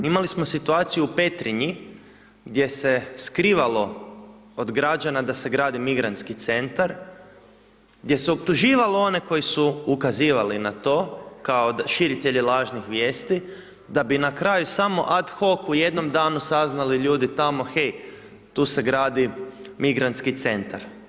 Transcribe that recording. Imali smo situaciju u Petrinji gdje se skrivalo od građana da se gradi migrantski centar, gdje se optuživalo one koji su ukazivali na to, kao širitelje lažnih vijesti, da bi na kraju samo ad hoch u jednom danu saznali ljudi tamo, hej tu se gradi migrantski centar.